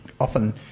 often